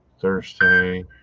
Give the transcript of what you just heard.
Thursday